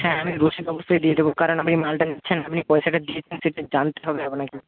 হ্যাঁ আমি রসিদ অবশ্যই দিয়ে দেবো কারণ আপনি মালটা নিচ্ছেন আপনি পয়সাটা দিয়েছেন সেটা জানতে হবে আপনাকে